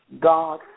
God